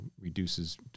reduces